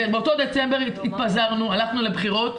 באותו חודש דצמבר התפזרנו, הלכנו לבחירות,